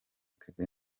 kevin